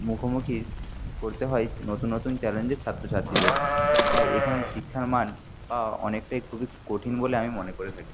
মুখোমুখি পড়তে হয় নতুন নতুন চ্যালেঞ্জের ছাত্রছাত্রীদের তাই এখানে শিক্ষার মান পাওয়া অনেকটাই খুবই কঠিন বলে আমি মনে করে থাকি